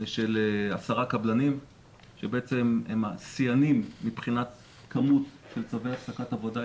של עשרה קבלנים שהם השיאנים מבחינת כמות של צווי הפסקת עבודה.